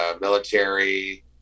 military